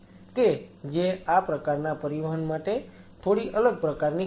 કે જે આ પ્રકારના પરિવહન માટે થોડી અલગ પ્રકારની હોય છે